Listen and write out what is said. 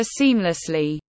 seamlessly